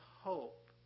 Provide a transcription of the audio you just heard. hope